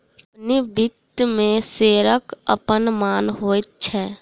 company वित्त मे शेयरक अपन मान होइत छै